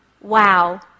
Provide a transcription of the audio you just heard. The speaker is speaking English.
Wow